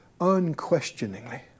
unquestioningly